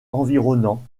environnants